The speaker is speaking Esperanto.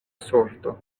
sorto